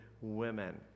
women